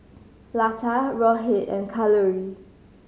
Lata Rohit and Kalluri